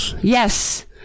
Yes